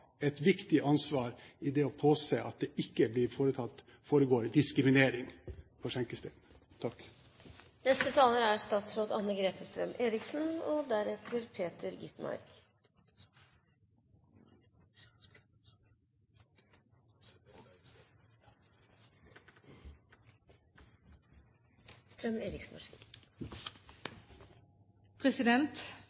et viktig ansvar når det gjelder å påse at det ikke foregår diskriminering på skjenkestedene. Jeg er